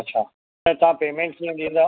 अच्छा त तव्हां पेमेंट कीअं ॾींदा